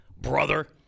brother